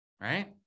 right